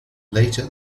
later